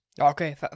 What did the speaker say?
Okay